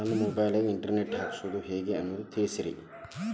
ನನ್ನ ಮೊಬೈಲ್ ಗೆ internet ಹಾಕ್ಸೋದು ಹೆಂಗ್ ಅನ್ನೋದು ತಿಳಸ್ರಿ